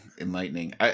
enlightening